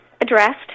addressed